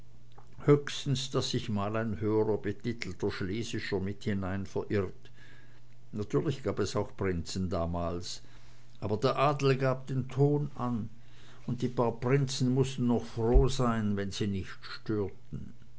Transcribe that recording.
höchstens daß sich mal ein höher betitelter schlesischer mit hinein verirrt natürlich gab es auch prinzen damals aber der adel gab den ton an und die paar prinzen mußten noch froh sein wenn sie nicht störten